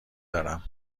دارم